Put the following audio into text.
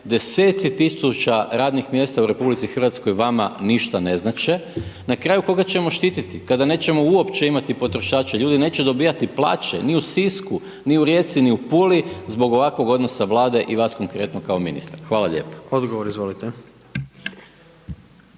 deseci tisuća radnih mjesta u RH vama ništa ne znače, na kraju koga ćemo štititi, kada nećemo uopće imati potrošače, ljudi neće dobivati plaće, ni u Sisku, ni u Rijeci, ni u Puli, zbog ovakvog odnosa Vlade i vas konkretno kao ministra. Hvala lijepo. **Jandroković,